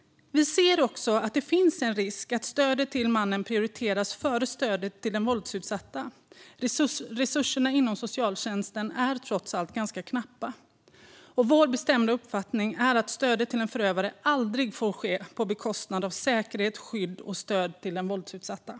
Vi ser också att det finns en risk att stödet till mannen prioriteras före stödet till den våldsutsatta. Resurserna inom socialtjänsten är trots allt knappa. Vår bestämda uppfattning är att stödet till en förövare aldrig får ske på bekostnad av säkerhet för, skydd av och stöd till den våldsutsatta.